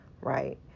right